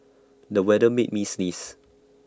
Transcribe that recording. the weather made me sneeze